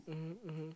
mmhmm mmhmm